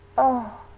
oh,